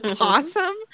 awesome